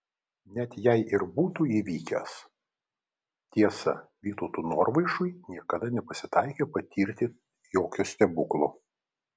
net jei ir būtų įvykęs tiesa vytautui norvaišui niekada nepasitaikė patirti jokio stebuklo